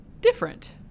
different